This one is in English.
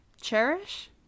Cherish